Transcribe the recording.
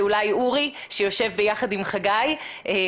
זה אולי אורי לוין שיושב ביחד עם חגי לוין